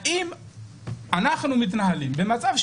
האם אנחנו מתנהלים במצב בו,